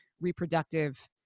reproductive